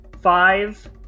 five